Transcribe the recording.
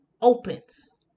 opens